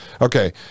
Okay